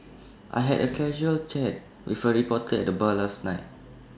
I had A casual chat with A reporter at the bar last night